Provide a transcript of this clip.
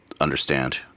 understand